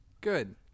Good